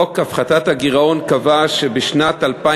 חוק הפחתת הגירעון קבע שבשנת 2013